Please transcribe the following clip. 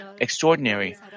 extraordinary